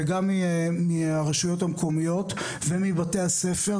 וגם מהרשויות המקומיות ומבתי הספר.